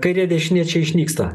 kairė dešinė čia išnyksta